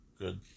Good